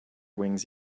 wings